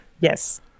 Yes